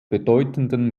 bedeutenden